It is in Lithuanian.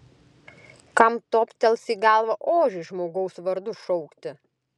kam toptels į galvą ožį žmogaus vardu šaukti